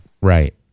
right